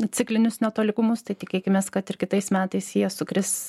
ciklinius netolygumus tai tikėkimės kad ir kitais metais jie sukris